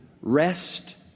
Rest